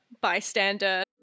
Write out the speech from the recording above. bystander